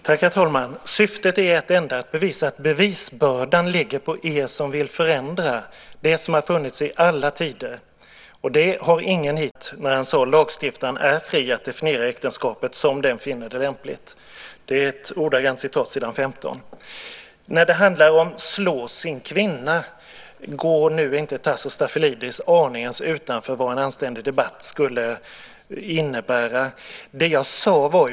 Herr talman! Likväl är det så att jag citerade ordagrant. Han sade: Lagstiftaren är fri att definiera äktenskapet som den finner det lämpligt. Det är ordagrant från s. 15. Går inte Tasso Stafilidis aningen utanför vad en anständig debatt skulle innebära när han talar om att "slå sin kvinna"?